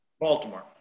Baltimore